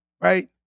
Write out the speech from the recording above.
Right